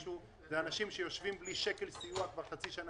אלה אנשים שיושבים בבית בלי סיוע של שקל כבר חצי שנה